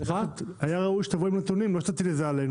אל תפיל את זה עלינו.